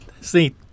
See